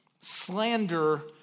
Slander